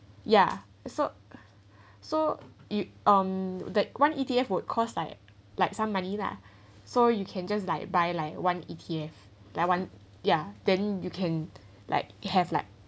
ya so so it um that one E_T_F would cost like like some money lah so you can just like buy like one E_T_F like one ya then you can like have like